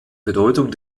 bedeutung